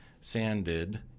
sanded